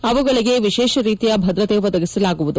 ಅವುಗಳಿಗೆ ವಿಶೇಷ ರೀತಿಯ ಭದ್ರತೆ ಒದಗಿಸಲಾಗುವುದು